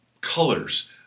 colors